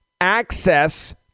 access